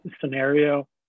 scenario